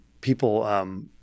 people